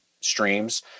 streams